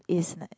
is like